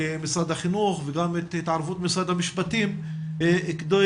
למשרד החינוך וגם את התערבות משרד המשפטים כדי